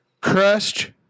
Crushed